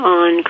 on